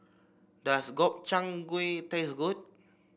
does Gobchang Gui taste good